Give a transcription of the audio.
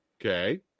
Okay